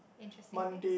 interesting things